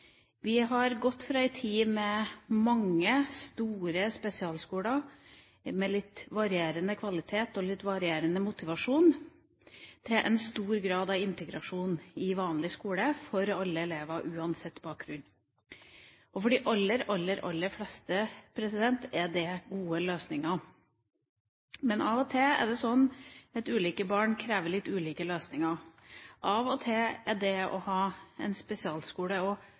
Vi har gått fra ei tid med mange store spesialskoler, med litt varierende kvalitet og litt varierende motivasjon, til en stor grad av integrasjon i vanlig skole for alle elever uansett bakgrunn. For de aller, aller fleste er det gode løsninger. Men av og til er det sånn at ulike barn krever litt ulike løsninger. Av og til er det godt å ha en spesialskole